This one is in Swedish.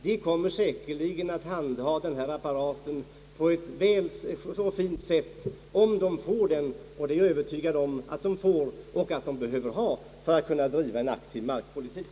De kommer säkerligen att handha apparaten på ett fint sätt om de får den, och jag är övertygad om att de behöver den för att kunna bedriva en aktiv markpolitik.